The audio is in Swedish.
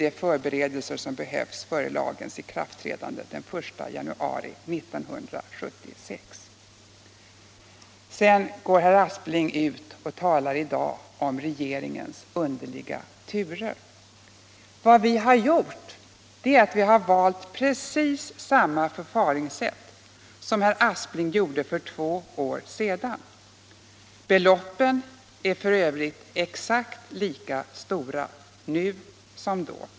de förberedelser som behövs före lagens ikraftträdande den 1 januari 1976.” Sedan går herr Aspling i dag ut och talar om regeringens underliga turer! Vad regeringen har gjort är att den har valt precis samma förfaringssätt som herr Aspling valde för två år sedan. Beloppen är f. ö. exakt lika stora nu som då.